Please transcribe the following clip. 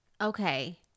Okay